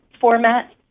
format